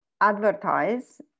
advertise